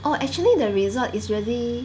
orh actually the resort is really